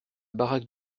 baraque